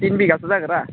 तिन बिगासो जागोन आरो